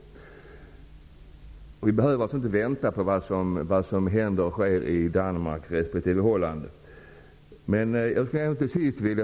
Vi behöver inte vänta på vad som skall hända i Danmark eller Holland.